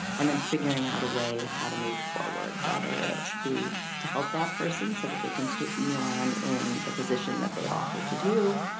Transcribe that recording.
and then figuring out a way how to move forward. whether it be to help that person so that they continue on in the position that they've offered to do,